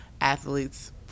athletes